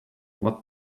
what